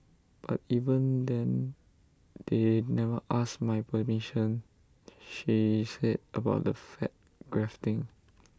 but even then they never asked my permission she said about the fat grafting